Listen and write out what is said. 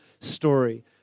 story